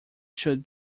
should